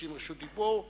המבקשים רשות דיבור.